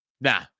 Nah